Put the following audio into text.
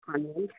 हजुर